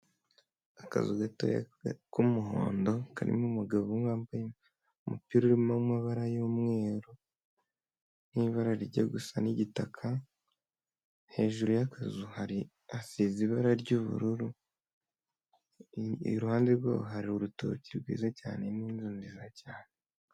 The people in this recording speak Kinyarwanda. Akazu gato k'umuhondo karimo umugabo umwe wambaye umupira urimo amabara y'umweru n'ibara rijya gusa n'igitaka, hejuru y'akazu hari hasize ibara ry'ubururu iruhande rwaho hari urutoki rwiza cyane n'inzu cyane.